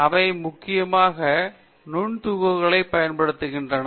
அவை முக்கியமாக நுண்துகள்களைப் பயன்படுத்துகின்றன